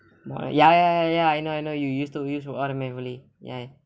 ya ya ya ya I know I know you used to used to all the ya